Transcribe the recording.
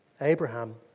Abraham